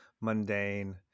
mundane